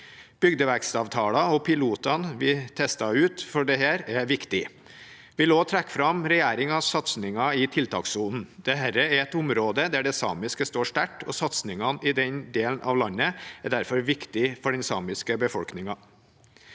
Bygdevekstavtaler og pilotene vi testet ut for dette, er viktig. Jeg vil også trekke fram regjeringens satsinger i tiltakssonen. Dette er et område der det samiske står sterkt, og satsingene i den delen av landet er derfor viktig for den samiske befolkningen.